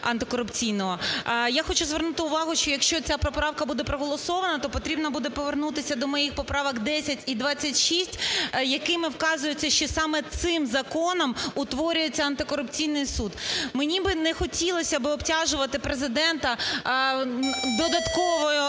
Я хочу звернути увагу, що якщо ця поправка буде проголосована, то потрібно буде повернутися до моїх поправок 10 і 26, якими вказується, що саме цим законом утворюється антикорупційний суд. Мені би не хотілося би обтяжувати Президента додатковою